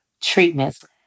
treatments